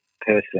person